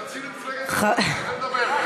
תציל את מפלגת העבודה, תעלה לדבר.